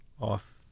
off